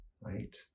right